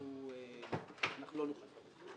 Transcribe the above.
אנחנו לא נוכל לחיות.